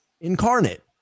incarnate